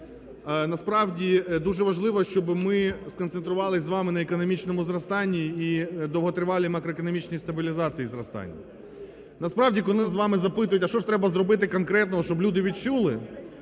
Насправді дуже важливо, щоб ми сконцентрувалися з вами на економічному зростанні і довготривалій макроекономічній стабілізації зростань. Насправді, коли у нас з вами запитують, а що ж треба зробити конкретно, щоб люди відчули?